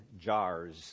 jars